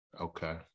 Okay